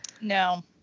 No